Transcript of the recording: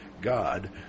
God